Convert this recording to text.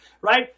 right